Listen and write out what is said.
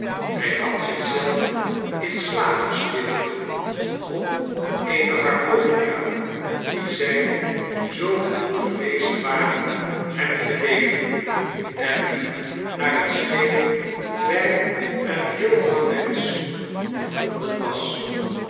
hi had zich zelf in slaap gespeeld op eene harmonica die zy zoo goed geweest waren hem te leenen en die naar het scheen by een heel jongmensch gevonden was